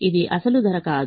ఇది అసలు ధర కాదు